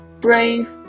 brave